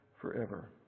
forever